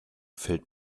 fällt